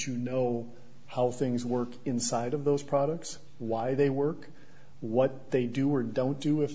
you know how things work inside of those products why they work what they do or don't do